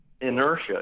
inertia